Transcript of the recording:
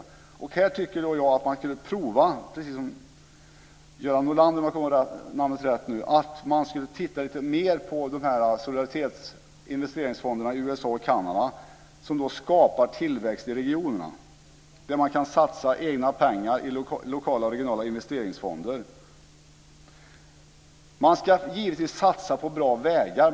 I detta sammanhang tycker jag att man skulle kunna, precis som Göran Norlander sade, titta lite mer på dessa investeringsfonder i USA och Kanada som skapar tillväxt i regionerna, där man kan satsa egna pengar i lokala och regionala investeringsfonder. Man ska givetvis satsa på bra vägar.